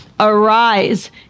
Arise